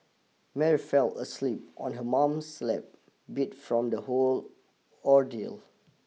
Mary fell asleep on her mom's lap beat from the whole ordeal